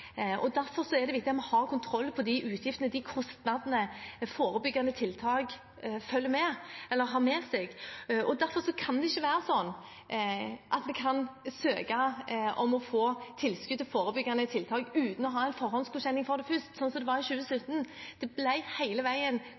er det viktig at vi har kontroll på de kostnadene som forebyggende tiltak har med seg, og derfor kan det ikke være slik at vi kan søke om å få tilskudd til forebyggende tiltak uten å ha en forhåndsgodkjenning først, slik det var i 2017. Det ble hele veien